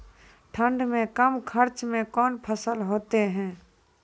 ठंड मे कम खर्च मे कौन फसल होते हैं?